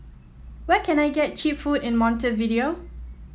where can I get cheap food in Montevideo